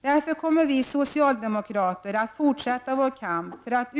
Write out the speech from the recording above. Därför kommer vi socialdemokrater att fortsätta vår kamp för en positiv utveckling i Värmland.